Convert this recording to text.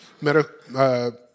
Medical